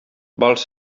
vols